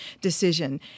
decision